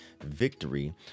victory